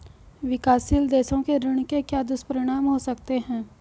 विकासशील देशों के ऋण के क्या दुष्परिणाम हो सकते हैं?